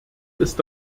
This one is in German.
ist